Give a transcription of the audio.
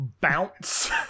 Bounce